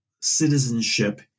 citizenship